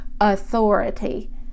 authority